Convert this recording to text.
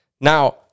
Now